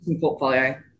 portfolio